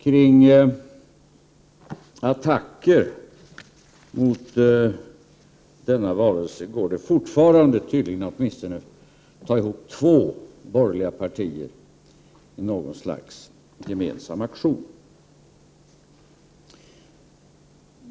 Kring attacker mot denna varelse går det tydligen ännu att få ihop åtminstone två borgerliga partier i något slags gemensam aktion.